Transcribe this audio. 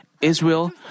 Israel